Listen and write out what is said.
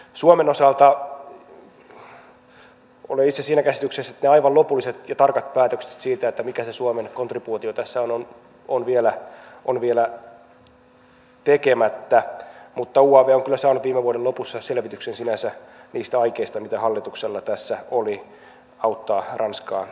suomen osalta olen itse siinä käsityksessä että ne aivan lopulliset ja tarkat päätökset siitä mikä se suomen kontribuutio tässä on ovat vielä tekemättä mutta uav on kyllä saanut viime vuoden lopussa selvityksen sinänsä niistä aikeista mitä hallituksella tässä oli auttaa ranskaa eri tavoin